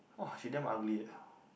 !wah! he damn ugly eh